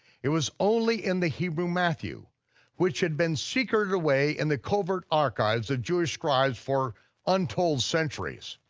it was only in the hebrew matthew which had been secreted away in the covert archives of jewish scribes for untold centuries.